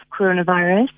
coronavirus